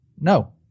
No